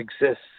exists